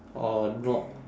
or not